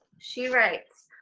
she writes,